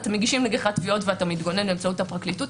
מגישים נגדך תביעות ואתה מתגונן באמצעות הפרקליטות.